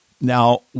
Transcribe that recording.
now